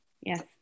Yes